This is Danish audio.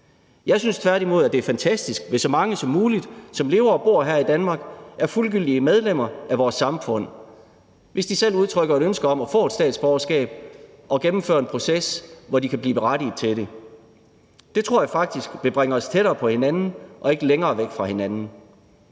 Jeg synes tværtimod, at det er fantastisk, hvis så mange som muligt, som lever og bor her i Danmark, er fuldgyldige medlemmer af vores samfund, hvis de selv udtrykker et ønske om at få et statsborgerskab og gennemfører en proces, hvor de kan blive berettiget til det. Det tror jeg faktisk vil bringe os tættere på hinanden og ikke længere væk fra hinanden.